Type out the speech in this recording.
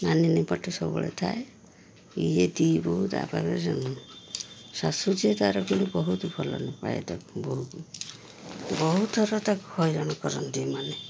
ମାନିନୀ ପଟେ ସବୁବେଳେ ଥାଏ ଇଏ ଦୁଇ ବୋହୂ ତା' ପାଖରେ ଶାଶୁ ଯେ ତାର କିନ୍ତୁ ବହୁତ ଭଲ ପାଏ ତାକୁ ବୋହୂକୁ ବହୁତଥର ତାକୁ ହଇରାଣ କରନ୍ତି ଏମାନେ